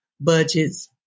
budgets